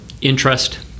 interest